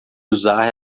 usar